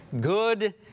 good